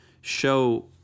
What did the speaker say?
show